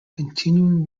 continuing